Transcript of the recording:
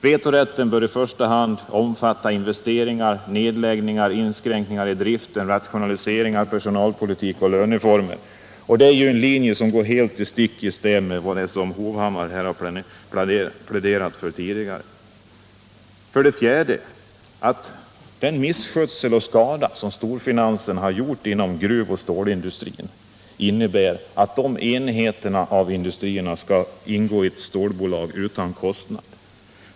Vetorätten bör i första hand omfatta investeringar, nedläggningar, inskränkningar i driften, rationaliseringar, personalpolitik och löneformer. Det är ju något som går stick i stäv mot det som Erik Hovhammar här har pläderat för tidigare. 4. Den misskötsel och skada som storfinansen åstadkommit inom gruvoch stålindustrin innebär att de enheterna av stålindustrin skall ingå i ett nytt stålbolag utan kostnad.